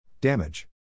Damage